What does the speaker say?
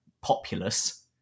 populace